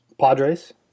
Padres